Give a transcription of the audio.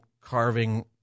carving